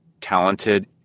talented